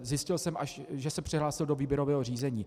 Zjistil jsem až, že se přihlásil do výběrového řízení.